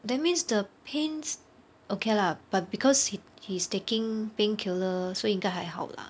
that means the pain sti~ okay lah but he he's taking painkiller so 应该还好 lah